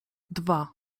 dwa